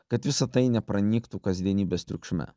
kad visa tai nepranyktų kasdienybės triukšme